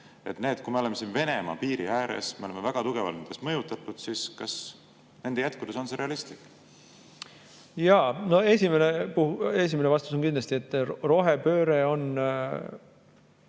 suhtes. Kui me oleme siin Venemaa piiri ääres ja me oleme väga tugevalt nendest mõjutatud, siis kas nende jätkudes on see realistlik? Jaa. Esimene vastus on kindlasti, et rohepööre on